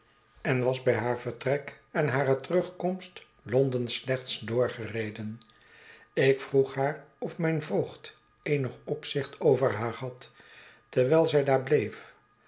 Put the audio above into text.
en was by haar vertrek en hare terugkomst londen slechts doorgereden ik vroeg haar of mijn voogd eenig opzicht over haar had terwijl zij daar bleef